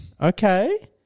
Okay